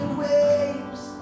waves